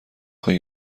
خوای